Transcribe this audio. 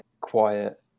quiet